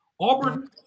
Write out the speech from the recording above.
Auburn